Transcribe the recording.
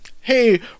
hey